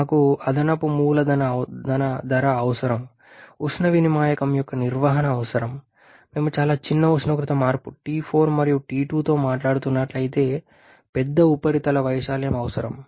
మాకు అదనపు మూలధన ధర అవసరం ఉష్ణ వినిమాయకం యొక్క నిర్వహణ అవసరం మేము చాలా చిన్న ఉష్ణోగ్రత మార్పు T4 మరియు T2తో మాట్లాడుతున్నట్లయితే పెద్ద ఉపరితల వైశాల్యం అవసరం